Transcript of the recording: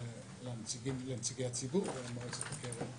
לנציגי הציבור ולמועצת הקרן